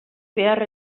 behar